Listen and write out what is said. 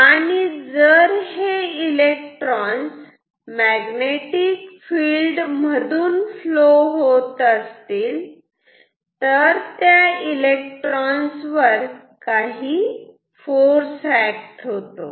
आणि जर हे इलेक्ट्रॉन्स मॅग्नेटिक फिल्ड मधून फ्लो होत असतील तर त्या इलेक्ट्रॉन्स वर काही फोर्स एक्ट होतो